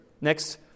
Next